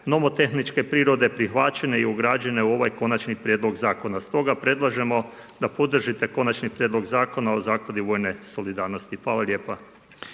nomotehničke prirode prihvaćene i ugrađene u ovaj Konačni prijedlog Zakona. Stoga predlažemo da podržite Konačni prijedlog Zakona o zakladi vojne solidarnosti. Hvala lijepa.